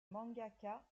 mangaka